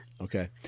Okay